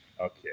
Okay